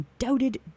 undoubted